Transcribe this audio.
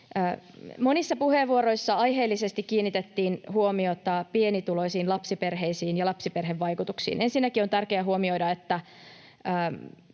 Monissa puheenvuoroissa aiheellisesti kiinnitettiin huomiota pienituloisiin lapsiperheisiin ja lapsiperhevaikutuksiin. Ensinnäkin on tärkeä huomioida,